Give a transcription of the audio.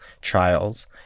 trials